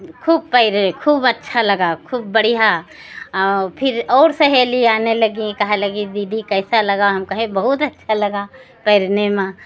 खूब तैरे खूब अच्छा लगा खूब बढ़ियाँ और फिर और सहेली आने लगी कहने लगी दीदी कैसा लगा हम कहे बहुत अच्छा लगा तैरने में